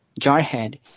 Jarhead